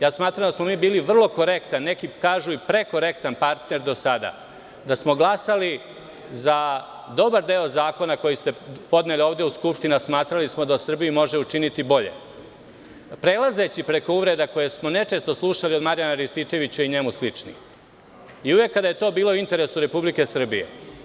Smatram da smo mi bili vrlo korektan partner do sada, da smo glasali za dobar deo zakona koji ste podneli ovde u Skupštini, a smatrali da Srbiji može učiniti bolje, prelazeći preko uvreda koje smo nečesto slušali od Marjana Rističevića i njemu sličnim i uvek kada je to bilo u interesu Republike Srbije.